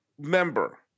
member